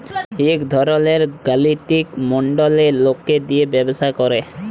ইক ধরলের গালিতিক মডেল লকে দিয়ে ব্যবসা করে